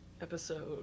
episode